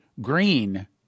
green